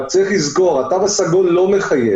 רק צריך לזכור, התו הסגול לא מחייב,